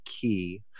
key